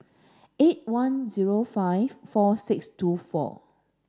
eight one zero five four six two four